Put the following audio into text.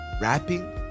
rapping